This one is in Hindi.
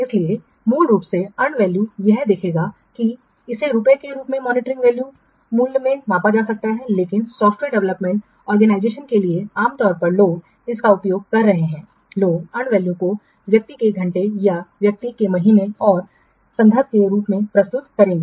इसलिए मूल रूप से अर्न वैल्यू यह देखेगा कि इसे रुपये के रूप में मॉनिटरी वैल्यू मूल्य में मापा जा सकता है लेकिन सॉफ्टवेयर डेवलपमेंट ऑर्गेनाइजेशन के लिए आमतौर पर लोग इसका उपयोग करते हैं लोग अर्न वैल्यू को व्यक्ति के घंटों या व्यक्ति महीनों और संदर्भ में प्रस्तुत करेंगे